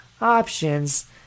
options